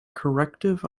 corrective